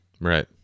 Right